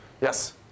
Yes